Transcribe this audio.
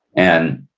and